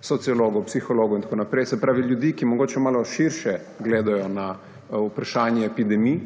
sociologov, psihologov, se pravi ljudi, ki mogoče malo širše gledajo na vprašanje epidemije,